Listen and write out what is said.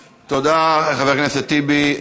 תודה, חבר הכנסת טיבי.